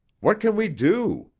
what can we do?